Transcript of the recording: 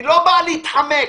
היא לא באה להתחמק.